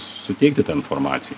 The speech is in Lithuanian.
suteikti tą informaciją